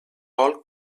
vol